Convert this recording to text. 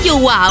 Wow